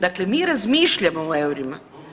Dakle, mi razmišljamo u eurima.